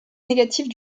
négative